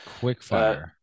Quickfire